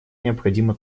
необходимо